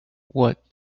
what